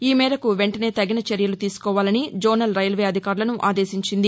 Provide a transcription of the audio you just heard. ఈ మేరకు వెంటనే తగిన చర్యలు తీసుకోవాలని జోనల్ రైల్వే అధికారులను ఆదేశించింది